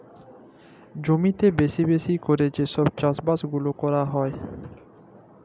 জমিতে বেশি বেশি ক্যরে যে সব চাষ বাস গুলা ক্যরা হ্যয়